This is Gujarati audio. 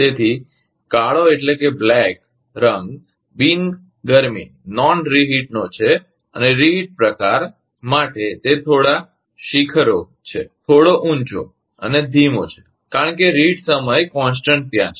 તેથી કાળો રંગ બિન ગરમીનો છે અને રીહટ પ્રકાર માટે તે થોડો શિખરો છે થોડો ઊંચોવધારે અને ધીમો છે કારણ કે રીહટ સમય અચળ ત્યાં છે